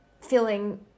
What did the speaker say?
feeling